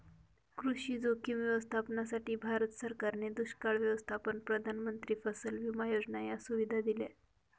कृषी जोखीम व्यवस्थापनासाठी, भारत सरकारने दुष्काळ व्यवस्थापन, प्रधानमंत्री फसल विमा योजना या सुविधा दिल्या